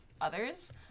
others